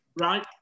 right